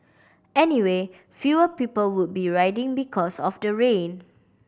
anyway fewer people would be riding because of the rain